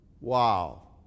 Wow